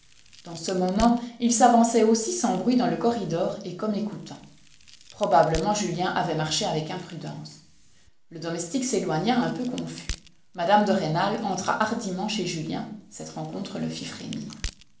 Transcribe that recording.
dans ce moment il s'avançait aussi sans bruit dans le corridor et comme écoutant probablement julien avait marché avec imprudence le domestique s'éloigna un peu confus mme de rênal entra hardiment chez julien cette rencontre le fit frémir